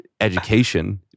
education